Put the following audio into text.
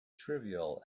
trivial